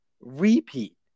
Repeat